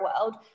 world